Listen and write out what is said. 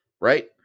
Right